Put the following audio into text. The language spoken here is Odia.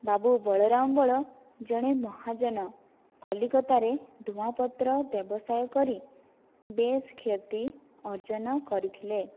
ବାବୁ ବଳରାମ ବଳ ଜଣେ ମହାଜନ କଲିକତାରେ ଧୂଆଁପତ୍ର ବ୍ୟବସାୟ କରି ବେଶ ଖ୍ୟାତି ଅର୍ଜନ କରିଥିଲେ